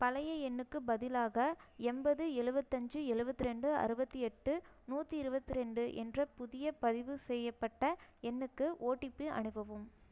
பழைய எண்ணுக்குப் பதிலாக எண்பது எழுபத்தஞ்சி எழுபத்தி ரெண்டு அறுபத்தி எட்டு நூற்றி இருபத்தி ரெண்டு என்ற புதிய பதிவு செய்யப்பட்ட எண்ணுக்கு ஓடிபி அனுப்பவும்